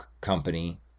company